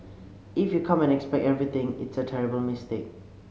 if you come and expect everything it's a terrible mistake